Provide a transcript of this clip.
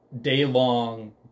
day-long